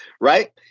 right